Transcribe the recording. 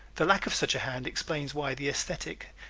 the lack of such a hand explains why the esthetic,